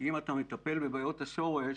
אם אתה מטפל בבעיות השורש,